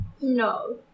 No